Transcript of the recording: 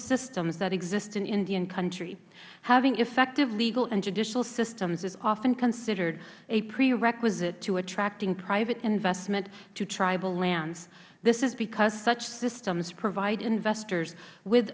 systems that exist in indian country having effective legal and judicial systems is often considered a prerequisite to attracting private investment to tribal lands this is because such systems provide investors with